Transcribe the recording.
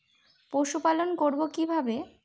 পশুপালন করব কিভাবে?